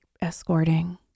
escorting